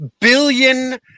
billion